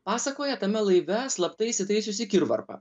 pasakoja tame laive slapta įsitaisiusi kirvarpa